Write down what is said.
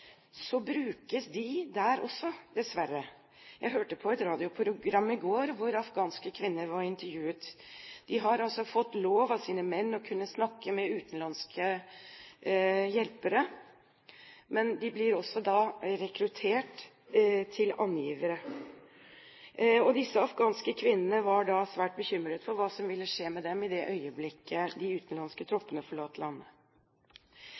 brukes de også – dessverre. Jeg hørte på et radioprogram i går hvor afghanske kvinner var intervjuet. De har fått lov av sine menn å snakke med utenlandske hjelpere, men de blir også rekruttert til angivere. Disse afghanske kvinnene var da svært bekymret for hva som ville skje med dem i det øyeblikket de utenlandske troppene forlater landet.